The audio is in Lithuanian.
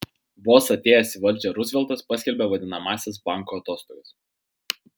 vos atėjęs į valdžią ruzveltas paskelbė vadinamąsias bankų atostogas